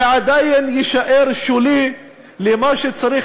זה עדיין יישאר שולי ביחס למה שצריך